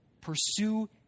Pursue